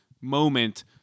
moment